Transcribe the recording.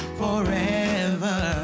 forever